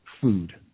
food